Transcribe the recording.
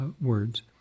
words